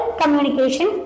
communication